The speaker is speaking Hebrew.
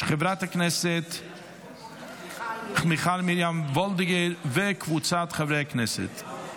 של חברת הכנסת מיכל מרים וולדיגר וקבוצת חברי הכנסת.